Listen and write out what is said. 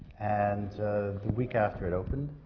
and the week after it opened,